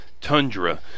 tundra